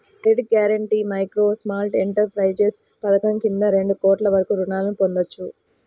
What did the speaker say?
credit guarantee micro, small enterprises పథకం కింద రెండు కోట్ల వరకు రుణాలను పొందొచ్చు